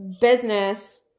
business